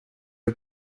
upp